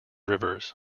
rivers